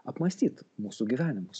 apmąstyt mūsų gyvenimus